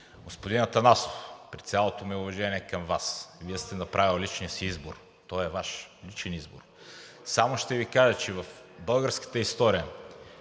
Господин Атанасов, при цялото ми уважение към Вас – Вие сте направил личния си избор, той е Ваш личен избор, само ще Ви кажа, че в българската история